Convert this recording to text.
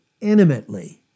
intimately